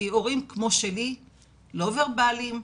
כי הורים כמו שלי לא ורבליים,